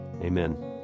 Amen